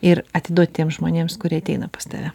ir atiduot tiems žmonėms kurie ateina pas tave